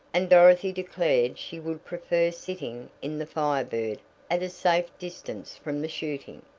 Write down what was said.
and dorothy declared she would prefer sitting in the fire bird at a safe distance from the shooting.